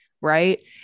right